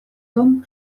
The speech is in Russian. том